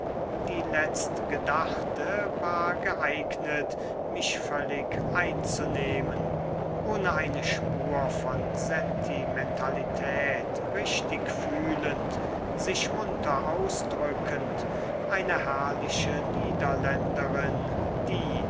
die letztgedachte war geeignet mich völlig einzunehmen ohne eine spur von sentimentalität richtig fühlend sich munter ausdrückend eine herrliche niederländerin die